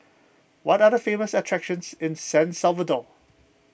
what are the famous attractions in San Salvador